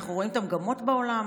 אנחנו רואים את המגמות בעולם,